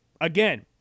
again